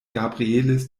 gabrieles